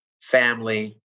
family